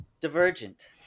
Divergent